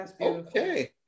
Okay